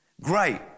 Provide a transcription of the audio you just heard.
great